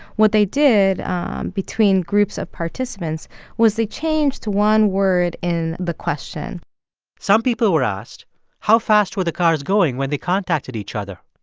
what they did between groups of participants was they changed one word in the question some people were asked how fast were the cars going when they contacted each other?